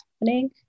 happening